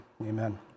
amen